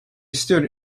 stood